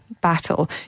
battle